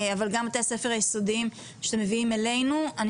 אבל גם בתי הספר היסודיים שאתם מביאים אלינו אז אני